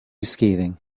scathing